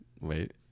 Wait